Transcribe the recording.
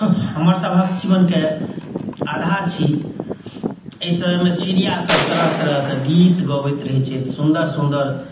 हमरसभक जीवनके आधार छी एहि समयमे चिड़िया सभ तरह तरहके गीत गबैत रहैत छथि सुंदर सुंदर